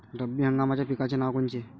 रब्बी हंगामाच्या पिकाचे नावं कोनचे?